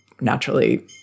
naturally